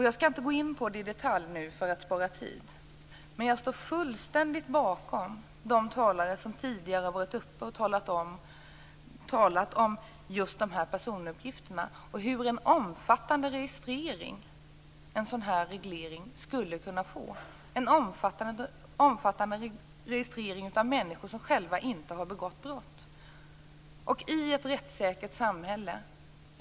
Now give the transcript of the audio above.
Jag står emellertid helt bakom de talare som tidigare har varit uppe och talat om just dessa personuppgifter och om hur omfattande registreringen skulle bli av en sådan reglering, en omfattande registrering av människor som själva inte har begått brott.